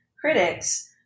critics